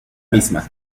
misma